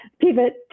pivot